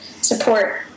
support